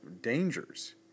dangers